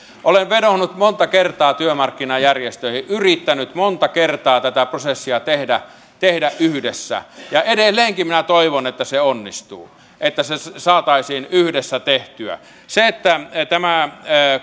olen vedonnut monta kertaa työmarkkinajärjestöihin yrittänyt monta kertaa tätä prosessia tehdä tehdä yhdessä ja edelleenkin minä toivon että se onnistuu että se se saataisiin yhdessä tehtyä tämä